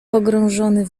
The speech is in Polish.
pogrążony